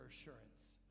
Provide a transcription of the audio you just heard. assurance